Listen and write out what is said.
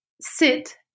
sit